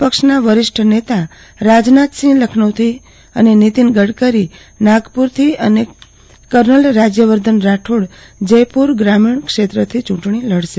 પક્ષના વરિષ્ઠ નેતા રાજનાથસિંહ લખનૌથી શ્રી નીતિન ગડકરી નાગપુરથી અને કર્નલ રાજ્યવર્ધન રાઠોડ જયપુર ગ્રામીણથી ચૂંટણી લડશે